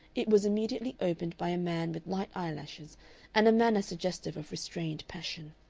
it was immediately opened by a man with light eyelashes and a manner suggestive of restrained passion.